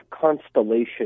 constellation